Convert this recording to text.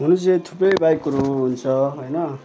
हुनु चाहिँ थुप्रै बाइकहरू हुन्छ होइन